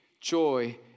joy